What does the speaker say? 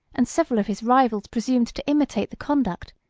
and several of his rivals presumed to imitate the conduct,